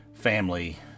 family